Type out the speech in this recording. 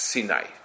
Sinai